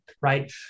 right